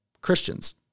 Christians